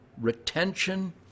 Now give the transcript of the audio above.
retention